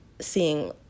seeing